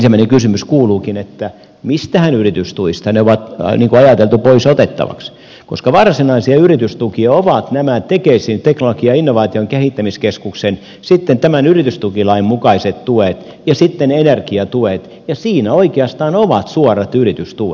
oikeastaan ensimmäinen kysymys kuuluukin mistähän yritystuista ne on ajateltu pois otettavaksi koska varsinaisia yritystukia ovat tekesin teknologian ja innovaatioiden kehittämiskeskuksen sitten tämän yritystukilain mukaiset tuet ja sitten energiatuet ja siinä oikeastaan ovat suorat yritystuet